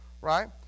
right